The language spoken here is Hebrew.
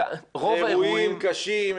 אלה אירועים קשים,